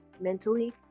mentally